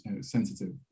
sensitive